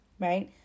right